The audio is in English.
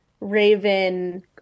raven